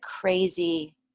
crazy